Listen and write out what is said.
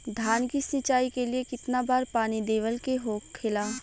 धान की सिंचाई के लिए कितना बार पानी देवल के होखेला?